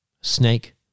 snake